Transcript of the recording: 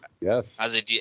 Yes